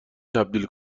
تبدیل